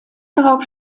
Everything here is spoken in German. darauf